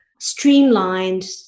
streamlined